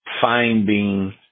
finding